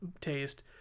taste